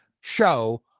show